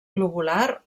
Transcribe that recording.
globular